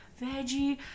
veggie